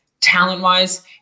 Talent-wise